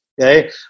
Okay